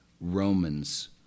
Romans